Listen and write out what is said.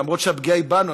למרות שהפגיעה היא בנו.